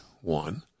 one